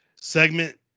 Segment